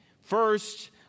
First